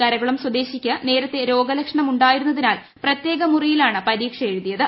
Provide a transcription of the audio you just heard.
കരകുളം സ്വദേശിക്ക് ഷ് നേരത്തെ രോഗ ലക്ഷണം ഉണ്ടായിരുന്നതിനാൽ പ്രത്യേക മുറിയിലാണ് പരീക്ഷ എഴുതിയത്